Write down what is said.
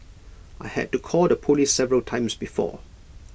I had to call the Police several times before